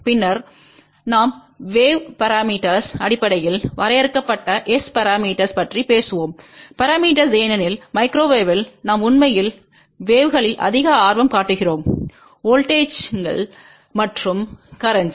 பின்னர் நாம் wave parameters அடிப்படையில் வரையறுக்கப்பட்ட S பரமீட்டர்ஸ் பற்றி பேசுவோம் பரமீட்டர்ஸ் ஏனெனில் மைக்ரோவேவில் நாம் உண்மையில் வேவ்களில் அதிக ஆர்வம் காட்டுகிறோம் வோல்ட்டேஜ்ங்கள் மற்றும் கரேன்ட்ஸ்